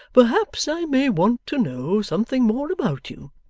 perhaps i may want to know something more about you,